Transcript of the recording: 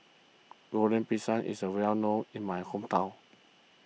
Goreng Pisang is a well known in my hometown